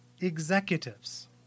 executives